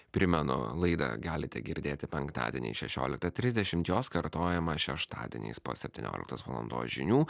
primenu laidą galite girdėti penktadienį šešioliktą trisdešimt jos kartojimą šeštadieniais po septynioliktos valandos žinių